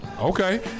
Okay